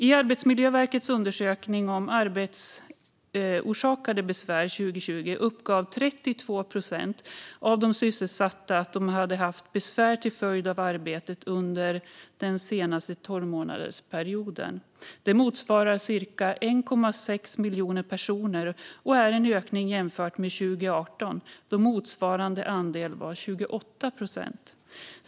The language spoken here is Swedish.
I Arbetsmiljöverkets undersökning om arbetsorsakade besvär 2020 uppgav 32 procent av de sysselsatta att de haft besvär till följd av arbetet under den senaste tolvmånadersperioden. Det motsvarar cirka 1,6 miljoner personer och är en ökning jämfört med 2018, då motsvarande andel var 28 procent.